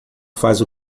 faz